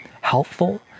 helpful